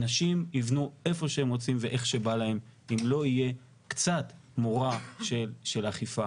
אנשים יבנו איפה שהם רוצים ואיך שבא להם אם לא יהיה קצת מורא של אכיפה.